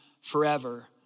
forever